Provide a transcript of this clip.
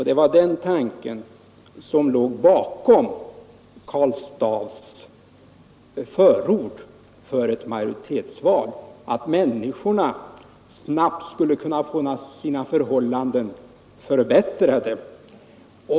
Det var den tanken som låg bakom Karl Staaffs förord för ett majoritetsval, alltså att människorna snabbt skulle kunna få sina förhållanden förbättrade.